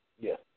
yes